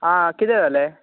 आं कितें जालें